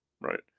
Right